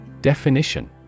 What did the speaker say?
Definition